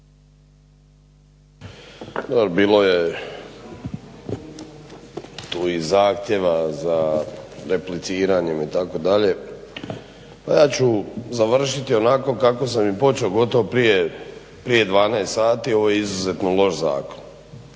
bilo je tu i zahtjeva za repliciranjem itd. Pa ja ću završiti onako kako sam i počeo gotovo prije 12 sati, ovo je izuzetno loš zakon.